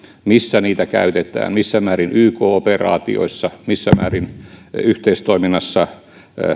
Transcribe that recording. missä niitä käytetään missä määrin yk operaatioissa missä määrin yhteistoiminnassa